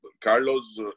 Carlos